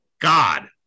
God